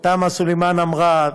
תמא סלימאן אמרה.